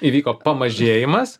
įvyko pamažėjimas